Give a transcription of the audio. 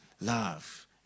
Love